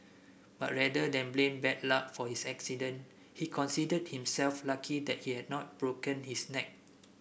but rather than blame bad luck for his accident he considered himself lucky that he had not broken his neck